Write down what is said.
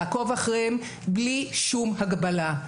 לעקוב אחריהם בלי שום הגבלה.